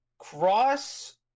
Cross